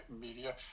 media